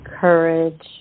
courage